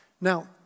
Now